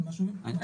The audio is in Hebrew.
אני